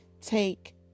take